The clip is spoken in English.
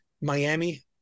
Miami